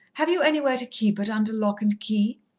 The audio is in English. have you anywhere to keep it under lock and key?